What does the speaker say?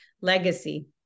legacy